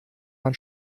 man